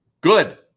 good